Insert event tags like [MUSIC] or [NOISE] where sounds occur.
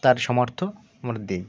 তার সামর্থ [UNINTELLIGIBLE] দিই